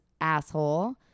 asshole